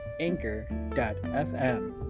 anchor.fm